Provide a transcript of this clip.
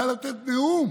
הוא בא לתת נאום